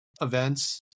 events